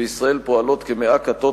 בישראל פועלות כמאה כתות,